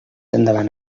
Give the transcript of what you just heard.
endavant